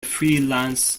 freelance